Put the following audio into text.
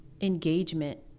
engagement